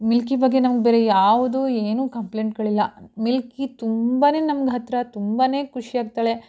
Milky ಬಗ್ಗೆ ನಮ್ಗೆ ಬೇರೆ ಯಾವುದು ಏನೂ ಕಂಪ್ಲೇಂಟುಗಳಿಲ್ಲ ಮಿಲ್ಕಿ ತುಂಬ ನಮ್ಗೆ ಹತ್ತಿರ ತುಂಬಾ ಖುಷಿಯಾಗ್ತಾಳೆ